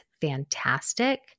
fantastic